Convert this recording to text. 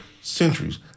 centuries